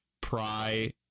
pry